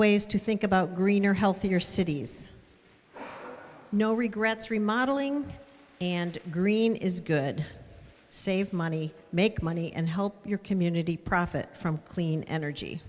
ways to think about greener healthier cities no regrets remodelling and green is good save money make money and help your community profit from clean energy